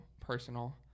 personal